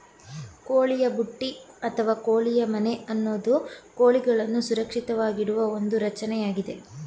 ಕೋಳಿಯ ಬುಟ್ಟಿ ಅಥವಾ ಕೋಳಿ ಮನೆ ಅನ್ನೋದು ಕೋಳಿಗಳನ್ನು ಸುರಕ್ಷಿತವಾಗಿಡುವ ಒಂದು ರಚನೆಯಾಗಿದೆ